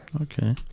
okay